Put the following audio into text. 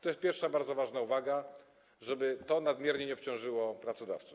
To jest pierwsza bardzo ważna uwaga - żeby to nadmiernie nie obciążyło pracodawców.